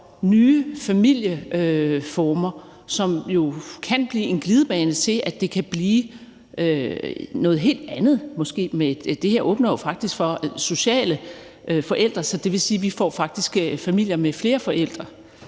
nye familieformer, som jo kan blive en glidebane til, at det kan blive noget helt andet, måske. Det her åbner jo faktisk for den sociale forælder, så det vil sige, at vi faktisk får familier med flere forældre.